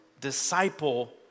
disciple